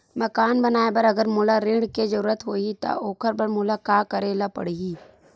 मकान बनाये बर अगर मोला ऋण के जरूरत होही त ओखर बर मोला का करे ल पड़हि?